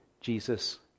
Jesus